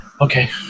Okay